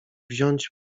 wziąć